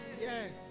Yes